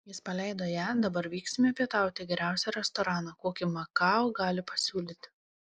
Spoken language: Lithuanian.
jis paleido ją dabar vyksime pietauti į geriausią restoraną kokį makao gali pasiūlyti